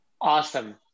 Awesome